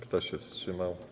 Kto się wstrzymał?